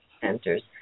centers –